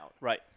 right